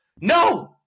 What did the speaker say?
No